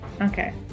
Okay